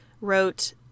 wrote